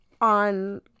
on